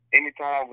Anytime